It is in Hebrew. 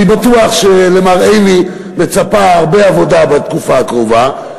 אני בטוח שלמר עיני מצפה הרבה עבודה בתקופה הקרובה,